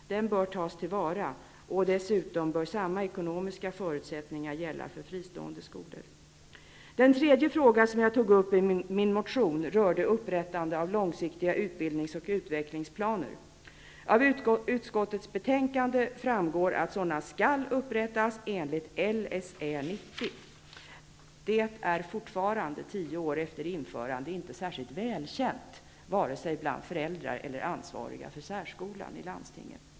Den bör tas till vara. Dessutom bör samma ekonomiska förutsättningar gälla för fristående särskolor. Den tredje fråga som jag tog upp i min motion rörde upprättande av långsiktiga utbildnings och utvecklingsplaner. Av utskottets betänkande framgår att sådana skall upprättas enligt Lsä 90. Det är fortfarande, tio år efter införandet, inte särskilt välkänt bland vare sig föräldrar eller ansvariga för särskolan i landstingen.